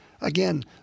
Again